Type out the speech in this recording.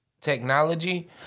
Technology